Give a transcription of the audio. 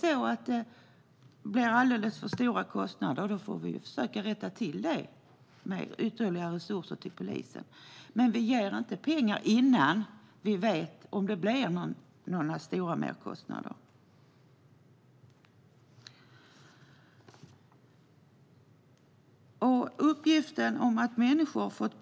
Ifall kostnaderna blir alldeles för stora får vi försöka rätta till det, genom ytterligare resurser till polisen. Men vi ger inte extra pengar innan vi vet om merkostnaderna blir stora. En handräcknings-bestämmelse i lagen om mottagande av asylsökande m.fl.